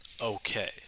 okay